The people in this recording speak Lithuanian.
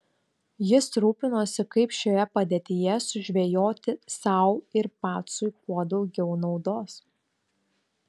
jis rūpinosi kaip šioje padėtyje sužvejoti sau ir pacui kuo daugiau naudos